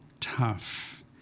tough